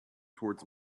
towards